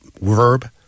verb